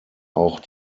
auch